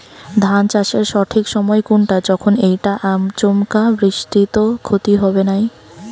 ধান চাষের সঠিক সময় কুনটা যখন এইটা আচমকা বৃষ্টিত ক্ষতি হবে নাই?